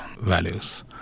values